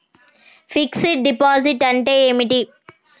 Fix డ్ deposit అంటే ఏమిటి?